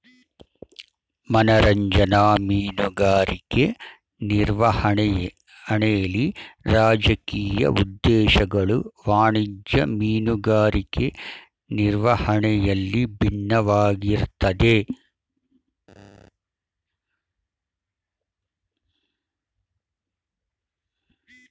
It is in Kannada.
ಮನರಂಜನಾ ಮೀನುಗಾರಿಕೆ ನಿರ್ವಹಣೆಲಿ ರಾಜಕೀಯ ಉದ್ದೇಶಗಳು ವಾಣಿಜ್ಯ ಮೀನುಗಾರಿಕೆ ನಿರ್ವಹಣೆಯಲ್ಲಿ ಬಿನ್ನವಾಗಿರ್ತದೆ